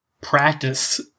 practice